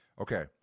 Okay